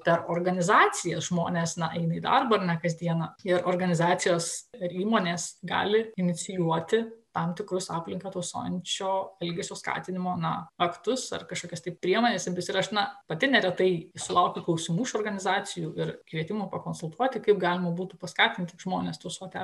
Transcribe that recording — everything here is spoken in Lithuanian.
per organizacijas žmonės na eina į darbą ar ne kasdieną ir organizacijos ir įmonės gali inicijuoti tam tikrus aplinką tausojančio elgesio skatinimo na aktus ar kažkokias tai priemones ir aš na pati neretai sulaukiu klausimų iš organizacijų ir kvietimų pakonsultuoti kaip galima būtų paskatinti žmones tausoti